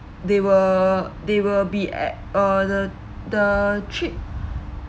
there will there will be at uh the the trip